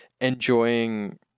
enjoying